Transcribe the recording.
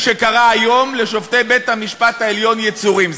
שר בממשלת ישראל על שופטי בית-המשפט העליון: יצורים,